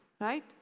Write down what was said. Right